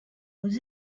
aux